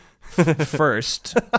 first